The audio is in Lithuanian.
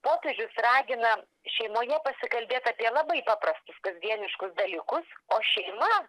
popiežius ragina šeimoje pasikalbėt apie labai paprastus kasdieniškus dalykus o šeima